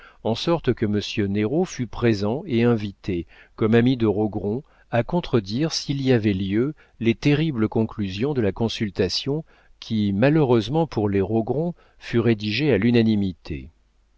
en sorte que monsieur néraud fut présent et invité comme ami de rogron à contredire s'il y avait lieu les terribles conclusions de la consultation qui malheureusement pour les rogron fut rédigée à l'unanimité